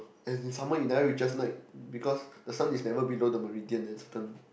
and in summer it never reaches night because the sun is never below the meridian at certain